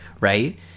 right